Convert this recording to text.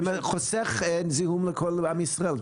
וחוסך זיהום לכל עם ישראל.